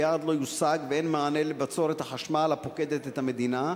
היעד לא יושג ואין מענה לבצורת החשמל הפוקדת את המדינה.